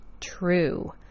True